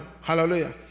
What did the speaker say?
Hallelujah